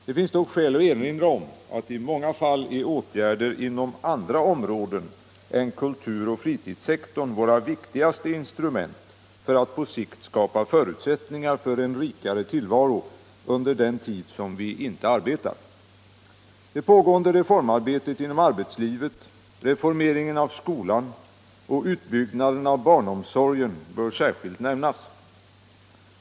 Det finns dock skäl att erinra om att i många fall är åtgärder inom andra områden än kulturoch fritidssektorn våra viktigaste instrument för att på sikt skapa förutsättningar för en rikare tillvaro under den tid som vi inte arbetar. Det pågående reformarbetet inom arbetslivet, reformeringen av skolan och utbyggnaden av barnomsorgen bör särskilt nämnas.